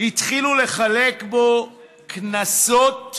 שהתחילו לחלק בו קנסות